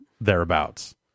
thereabouts